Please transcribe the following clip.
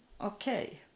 okay